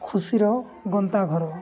ଖୁସିର ଗନ୍ତାଘର